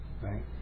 right